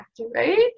Right